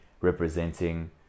representing